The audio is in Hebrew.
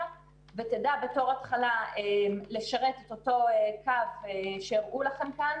ותדע בתור התחלה לשרת את אותו קו שהראו לכם כאן,